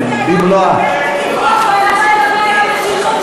היא בטח תתייחס למשנתו של